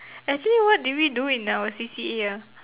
actually what did we do in our C_C_A ah